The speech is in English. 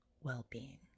well-being